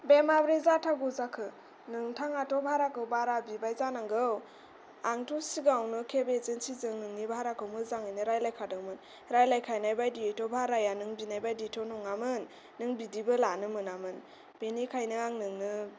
बे माब्रै जाथावगौ जाखो नोंथाङाथ' भाराखौ बारा बिबाय जानांगौ आंथ' सिगाङावनो केब एजेन्सिजों नोंनि भाराखौ मोजाङैनो रायलायखांदोंमोन रायलायखानाय बादियैथ' भाराया नों बिनाय बादिथ' नङामोन नों बिदिबो लानो मोनामोन बेनिखायनो आं नोंनो